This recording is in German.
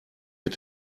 mit